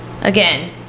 again